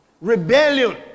Rebellion